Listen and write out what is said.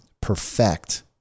perfect